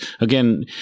again